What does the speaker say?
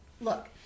look